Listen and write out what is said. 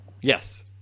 Yes